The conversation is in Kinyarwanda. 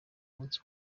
munsi